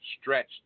stretched